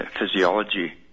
physiology